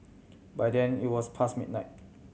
by then it was pass midnight